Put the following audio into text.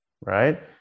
right